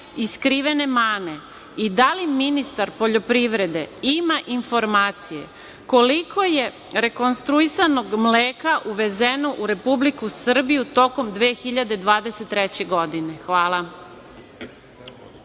i skrivene mane? Da li ministar poljoprivrede ima informacije koliko je rekonstruisanog mleka uvezeno u Republiku Srbiju tokom 2023. godine? Hvala.